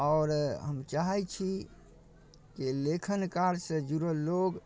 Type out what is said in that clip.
आओर हम चाहै छी कि लेखन कार्यसँ जुड़ल लोक